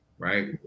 Right